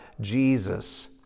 Jesus